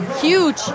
Huge